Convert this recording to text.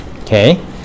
Okay